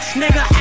nigga